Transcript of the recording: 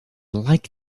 like